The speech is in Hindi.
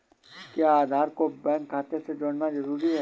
क्या आधार को बैंक खाते से जोड़ना जरूरी है?